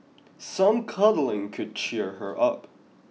some cuddling could cheer her up